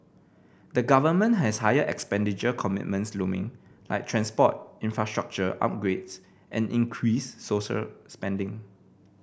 the government has higher expenditure commitments looming like transport infrastructure upgrades and increased social spending